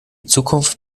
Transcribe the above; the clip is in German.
zukunft